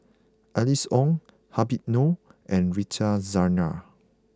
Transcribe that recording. Alice Ong Habib Noh and Rita Zahara